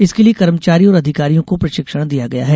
इसके लिये कर्मचारी और अधिकारियों को प्रशिक्षण दिया गया है